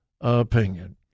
opinion